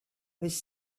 which